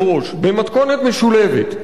בכל הצעדים האלה ביחד,